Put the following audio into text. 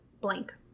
blank